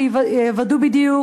שיוודאו בדיוק,